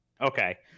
Okay